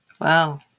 Wow